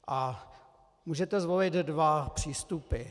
A můžete zvolit dva přístupy.